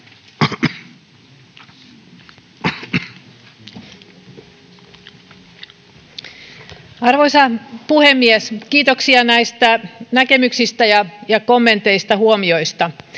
arvoisa puhemies kiitoksia näistä näkemyksistä kommenteista ja huomioista